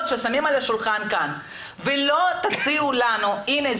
ששמים כאן על השולחן ולא תציעו לנו 'הנה,